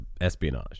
espionage